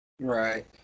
Right